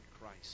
Christ